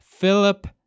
Philip